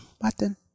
Button